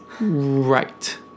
Right